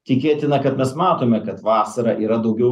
tikėtina kad mes matome kad vasarą yra daugiau